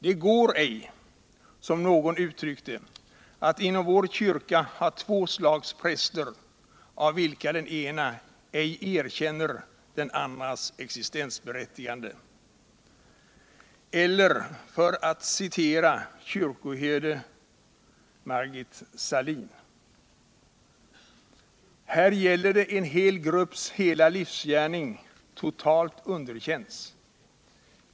Det går ej - som någon uttryckt det —- att inom vår kyrka ha två slags präster, av vilka de ena ej erkänner de andras existensberättigande, eller för att citera kyrkoherde Margit Sahlin: ”Här gäller det att en hel grupps hela livsgärning totalt underkänns.